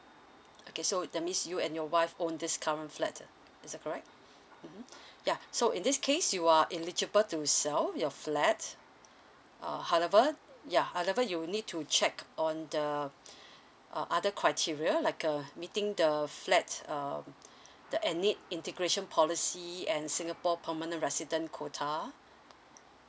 okay so that means you and your wife own this current flat is that correct mmhmm yeah so in this case you are eligible to sell your flat uh however ya however you need to check on the uh other criteria like uh meeting the flat uh the ethnic integration policy and singapore permanent resident quota